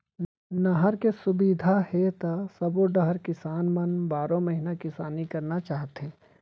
नहर के सुबिधा हे त सबो डहर किसान मन बारो महिना किसानी करना चाहथे